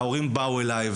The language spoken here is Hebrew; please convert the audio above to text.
וההורים באו אליי,